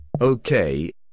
Okay